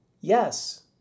Yes